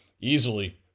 Easily